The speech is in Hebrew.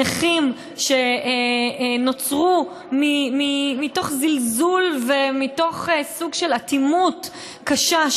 נכים שנוצרו מתוך זלזול ומתוך סוג של אטימות קשה.